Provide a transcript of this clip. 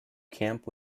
camp